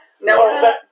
No